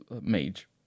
mage